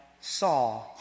saw